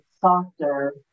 softer